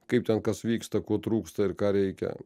kaip ten kas vyksta ko trūksta ir ką reikia